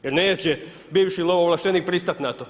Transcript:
Jer neće bivši lovovlaštenik pristati na to.